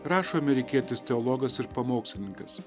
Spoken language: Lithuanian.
rašo amerikietis teologas ir pamokslininkas